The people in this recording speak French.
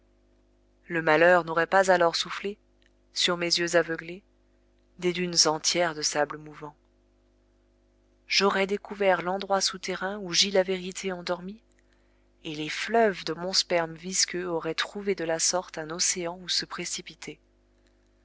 le malheur n'aurait pas alors soufflé sur mes yeux aveuglés des dunes entières de sable mouvant j'aurais découvert l'endroit souterrain où gît la vérité endormie et les fleuves de mon sperme visqueux auraient trouvé de la sorte un océan où se précipiter